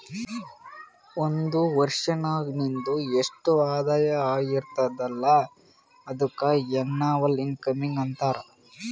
ಒಂದ್ ವರ್ಷನಾಗ್ ನಿಂದು ಎಸ್ಟ್ ಆದಾಯ ಆಗಿರ್ತುದ್ ಅಲ್ಲ ಅದುಕ್ಕ ಎನ್ನವಲ್ ಇನ್ಕಮ್ ಅಂತಾರ